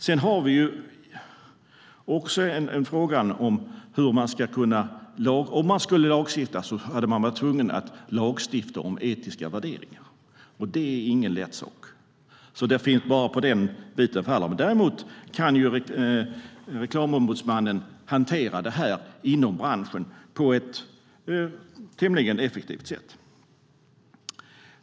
Vi har också en fråga om lagstiftning. Om man skulle lagstifta hade man varit tvungen att lagstifta om etiska värderingar och det är ingen lätt sak. Bara på den saken faller det. Däremot kan Reklamombudsmannen hantera det här inom branschen på ett tämligen effektivt sätt.